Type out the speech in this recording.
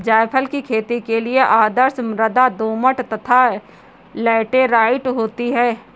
जायफल की खेती के लिए आदर्श मृदा दोमट तथा लैटेराइट होती है